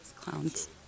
clowns